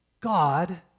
God